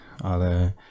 ale